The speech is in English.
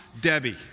Debbie